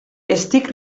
estic